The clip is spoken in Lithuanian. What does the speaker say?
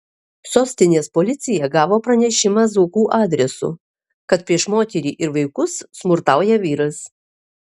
sostinės policija gavo pranešimą zuokų adresu kad prieš moterį ir vaikus smurtauja vyras